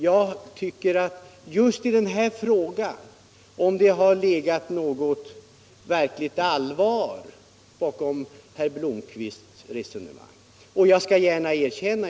Just den fråga vi nu behandlar kan visa om det legat något verkligt allvar bakom herr Blomkvists resonemang.